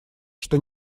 что